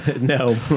No